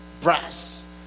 brass